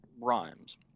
rhymes